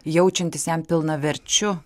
jaučiantis jam pilnaverčiu